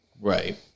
right